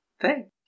Thanks